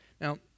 Now